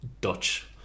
Dutch